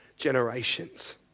Generations